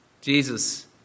Jesus